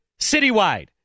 citywide